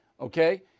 okay